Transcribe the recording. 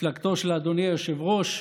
מפלגתו של אדוני היושב-ראש,